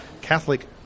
Catholic